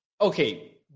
okay